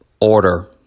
order